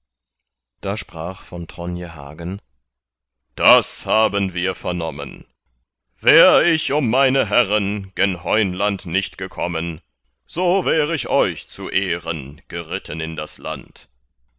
da sprach von tronje hagen das haben wir vernommen wär ich um meine herren gen heunland nicht gekommen so wär ich euch zu ehren geritten in das land